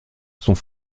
sont